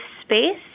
space